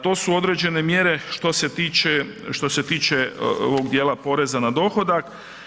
To su određene mjere što se tiče ovog dijela poreza na dohodak.